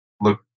look